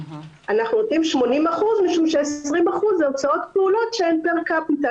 אנחנו נותנים 80% משום ש-20% זה הוצאות פעולות שהן פר קפיטה,